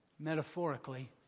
metaphorically